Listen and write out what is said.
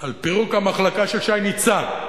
על פירוק המחלקה של שי ניצן,